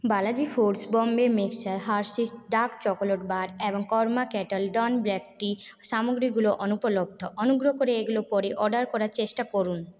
Balaji foods Bombay mixture Hershey's dark chocolate bar এবং Karma kettle Don black tea সামগ্রীগুলো অনুপলব্ধ অনুগ্রহ করে এগুলো পরে অর্ডার করার চেষ্টা করুন